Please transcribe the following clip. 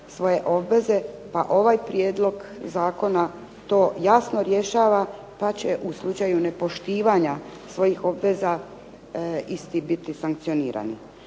svoje obveze pa i ovaj Prijedlog zakona to jasno rješava pa će u slučaju nepoštivanja svojih obveza isti biti sankcionirani.